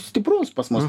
stiprus pas mus